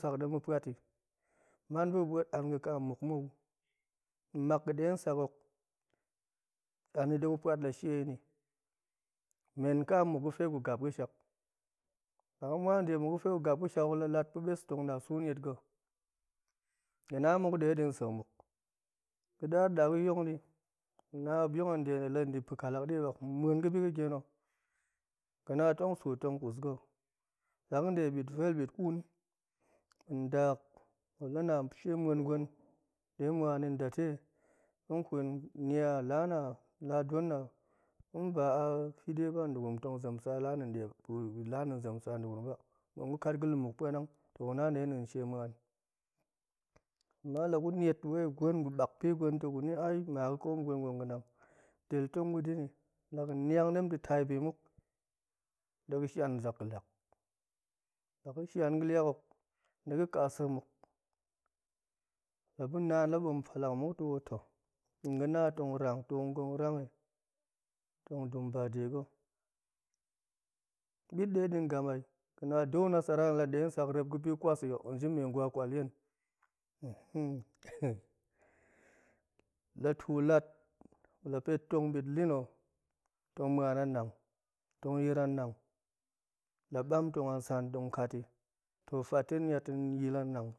Sup sak de ma̱ pa̱tti man ɓuga̱ ɓet ang̱a̱ ka muk mou mak ga̱ de sak hok ani de gu pa̱t la sheni men ka muk ga̱fe gu gap ga̱shak la ga̱ muan de muk ga̱fe gu gap ga̱shak lat pa̱mes tong da su niet ga̱, ga̱ na muk dedi sek mu, ga̱dar da ga̱ yong ni ga̱na ma̱p yong hen de pa̱kalak muan ga̱bi ga̱dieno ga̱na tong su tong kus ga̱ la ga̱ de bit vel bit kun nda ma̱p la na shemuan gwen de tong muani datei ma̱p tong kut lana la duena ba a fide ba tong zem sa dugurum ba la na̱ tong zem sa degurum deba muan gu kat ga̱lumuk pa̱nang ga̱na dedin shemuan ama la gu niet guni gwen gubak bi gwen to ai maga̱koom gwen gwen ga̱nang del tong gudini la ga̱ niang dem to tai bi muk, dei ga̱ shani zak ga̱liak, la ga̱ shian ga̱liakhok ni ga̱ kasek muk naan la bom falak muk tong ga̱ na tong rang to gong rangi tong dum ba dega̱ bit dedin ga̱ ai ga̱na dau nasara la desak rep ga̱bi kwasi nji mai-angwa kwalyen la tu lat la pet tong bit lino tong muan anang tong yir anang la bam tong ansan to fathen niet tong yir nang,